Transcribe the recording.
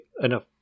enough